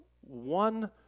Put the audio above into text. one